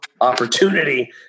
opportunity